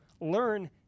learn